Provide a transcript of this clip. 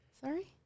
Sorry